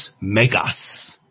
megas